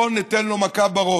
בואו ניתן לו מכה בראש,